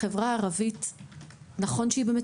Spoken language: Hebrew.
נכון שהחברה הערבית במצוקה,